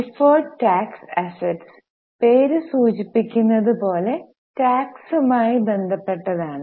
deferred tax assets പേര് സൂചിപ്പിക്കുന്നതുപോലെ ടാക്സുമായി ബന്ധപ്പെട്ടതാണ്